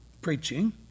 preaching